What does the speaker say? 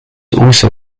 also